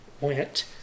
went